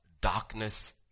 Darkness